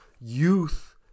youth